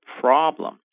problem